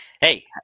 Hey